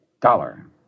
Dollar